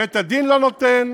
בית-הדין לא נותן,